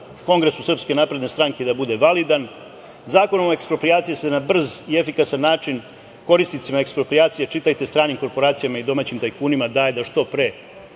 kongresu SNS da bude validan, Zakon o eksproprijaciji na brz i efikasan način korisnicima eksproprijacije, čitajte - stranim korporacijama i domaćim tajkunima, daje da što pre